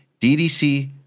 DDC